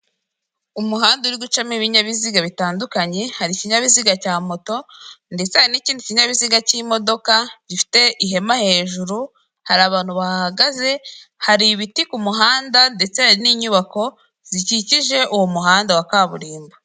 Umuhanda urigucamo ibinyabiziga bitandukanye, hari ikinyabiziga cya moto ndetse hari n'ikindi kinyabiziga cy'imodoka gifite ihema hejuru, hari abantu bahahagaze, hari ibiti ku muhanda ndetse hari n'inyubako zikikije uwo muhanda wa kaburimbo.